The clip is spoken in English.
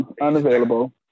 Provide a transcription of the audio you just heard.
unavailable